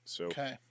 Okay